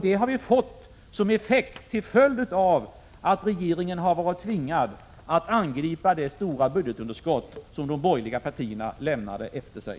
Det har alltså blivit en effekt av att regeringen är tvingad att angripa det stora budgetunderskott som de borgerliga partierna lämnade efter sig.